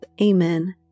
Amen